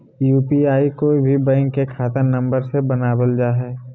UPI कोय भी bank के खाता नंबर से बनावल जा हइ